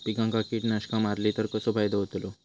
पिकांक कीटकनाशका मारली तर कसो फायदो होतलो?